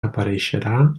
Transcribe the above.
apareixerà